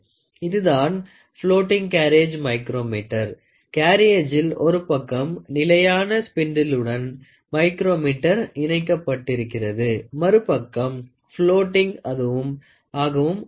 இதுதான் floating carriage micrometer கேரியேஜில் ஒரு பக்கம் நிலையான ஸ்பின்ட்டிளுடன் மைக்ரோமீட்டர் இணைக்கப்பட்டிருக்கிறது மறுபக்கம் பிலோட்டிங் ஆகவும் உள்ளது